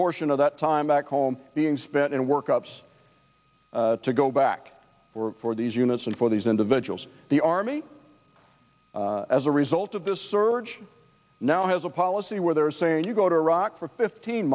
portion of that time back home being spent and work up to go back for these units and for these individuals the army as a result of this surge now has a policy where they're saying you go to iraq for fifteen